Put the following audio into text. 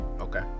Okay